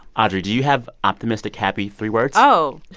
audrey, do you have optimistic, happy three words? oh,